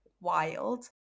wild